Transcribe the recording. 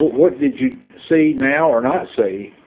what did you see now or not say?